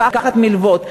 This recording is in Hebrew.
לקחת מלוות.